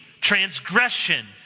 transgression